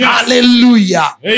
Hallelujah